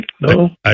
No